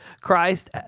Christ